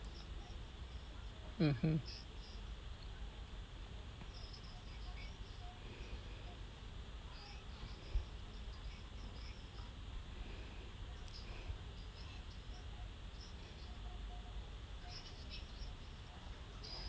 mmhmm